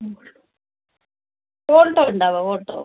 Alto ഉണ്ടാവുമോ Alto